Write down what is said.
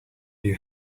you